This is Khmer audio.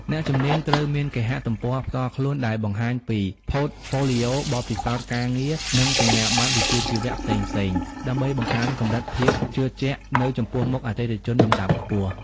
អ្នកជំនាញត្រូវមានគេហទំព័រផ្ទាល់ខ្លួនដែលបង្ហាញពី Portfolio បទពិសោធន៍ការងារ និងសញ្ញាបត្រវិជ្ជាជីវៈផ្សេងៗ ដើម្បីបង្កើនកម្រិតភាពជឿជាក់នៅចំពោះមុខអតិថិជនលំដាប់ខ្ពស់។